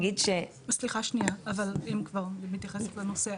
סליחה שנייה, אבל אם כבר, אני מתייחסת לנושא.